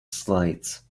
slides